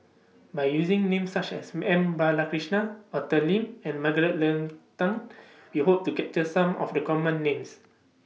By using Names such as M Balakrishnan Arthur Lim and Margaret Leng Tan We Hope to capture Some of The Common Names